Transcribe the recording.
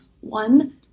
one